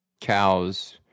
cows